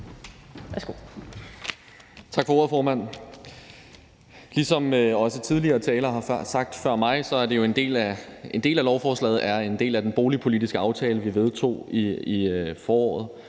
Tak for ordet, formand. Ligesom tidligere talere før mig har sagt, er en del af lovforslaget en del af den boligpolitiske aftale, vi indgik i foråret,